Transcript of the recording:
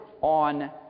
on